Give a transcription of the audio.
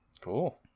cool